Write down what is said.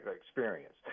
experience